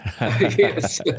Yes